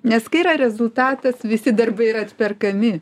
nes kai yra rezultatas visi darbai yra atperkami